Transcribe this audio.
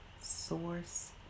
source